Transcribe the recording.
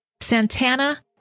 Santana